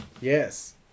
Yes